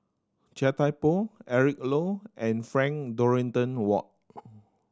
Chia Thye Poh Eric Low and Frank Dorrington Ward